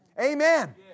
Amen